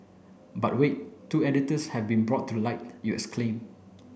but wait two editors have been brought to light you exclaim